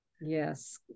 yes